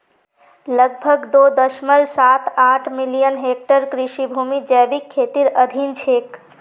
लगभग दो दश्मलव साथ आठ मिलियन हेक्टेयर कृषि भूमि जैविक खेतीर अधीन छेक